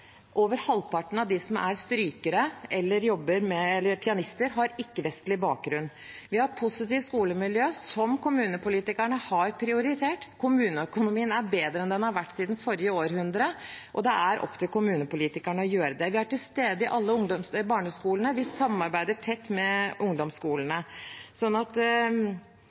Over halvparten av dem som er strykere eller pianister, har ikke-vestlig bakgrunn. Vi har positivt skolemiljø, som kommunepolitikerne har prioritert. Kommuneøkonomien er bedre enn den har vært siden forrige århundre, og det er opp til kommunepolitikerne å gjøre dette. Vi er til stede i alle barneskolene, vi samarbeider tett med ungdomsskolene. Så jeg synes ikke dette treffer helt. Jeg gleder meg uansett over at